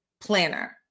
Planner